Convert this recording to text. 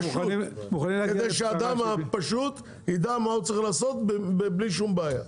פשוט כדי שהאדם הפשוט ידע מה הוא צריך לעשות בלי שום בעיה,